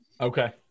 Okay